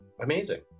Amazing